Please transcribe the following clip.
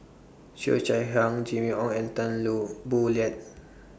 Cheo Chai Hiang Jimmy Ong and Tan Lu Boo Liat